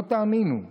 לא תאמינו,